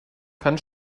kann